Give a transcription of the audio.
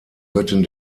göttin